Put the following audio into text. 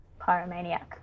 pyromaniac